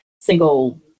single